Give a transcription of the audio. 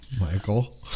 Michael